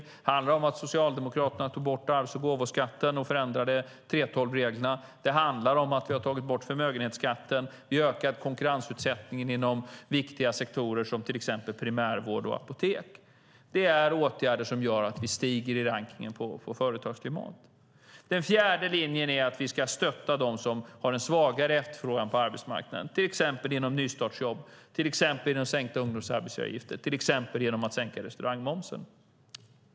Det handlar om att Socialdemokraterna tog bort arvs och gåvoskatterna och förändrade 3:12-reglerna. Det handlar om att vi har tagit bort förmögenhetsskatten. Vi ökar konkurrensutsättningen inom viktiga sektorer som till exempel primärvård och apotek. Det är åtgärder som gör att vi stiger i rankningen när det gäller företagsklimat. Den fjärde linjen är att vi ska stötta dem som har en svagare ställning när det gäller efterfrågan på arbetsmarknaden, till exempel genom nystartsjobb, genom sänkta ungdomsarbetsgivaravgifter och genom att sänka restaurangmomsen.